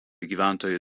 gyventojų